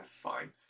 fine